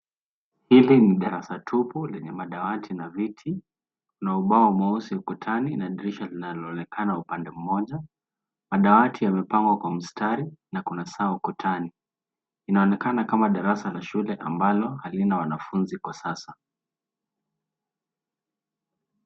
Hili ni darasa tupu lenye madawati na viti na ubao mweusi ukutani na dirisha linaloonekana upande mmoja. Madawati yamepangwa kwa mstari na kuna saa ukutani. Inaonekana kama darasa la shule ambalo halina wanafunzi kwa sasa.